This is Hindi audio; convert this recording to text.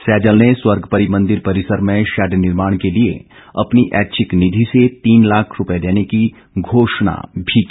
सैजल ने स्वर्ग परी मंदिर परिसर में शैड निर्माण के लिए अपनी ऐच्छिक निधि से तीन लाख रुपए देने की घोषणा भी की